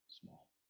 small